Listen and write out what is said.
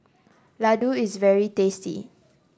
laddu is very tasty